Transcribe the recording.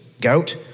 gout